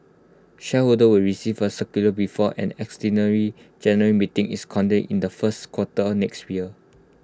shareholders will receive A circular before an extraordinary general meeting is convened in the first quarter next year